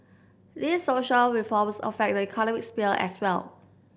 these social reforms affect the economic sphere as well